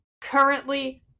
currently